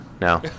No